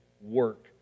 work